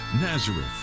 Nazareth